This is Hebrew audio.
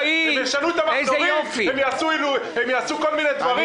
כאילו הם ישנו את המחזורים ויעשו כל מיני דברים.